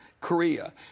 Korea